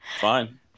Fine